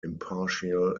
impartial